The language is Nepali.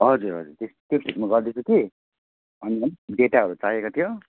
हजुर हजुर त्यस त्यो मा गर्दैछु कि डेटाहरू चाहिएको थियो